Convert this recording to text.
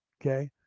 Okay